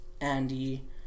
Andy